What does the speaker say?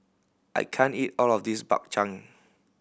I can't eat all of this Bak Chang